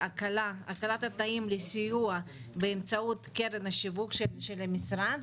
זה הקלת התנאים לסיוע באמצעות קרן השיווק של המשרד,